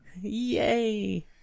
Yay